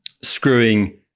screwing